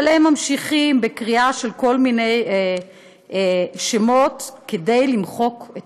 אבל הם ממשיכים בקריאה של כל מיני שמות כדי למחוק את